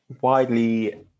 widely